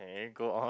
okay go on